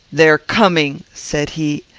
they are coming, said he.